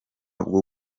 bwo